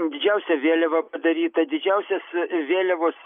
didžiausia vėliava padaryta didžiausias vėliavos